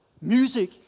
Music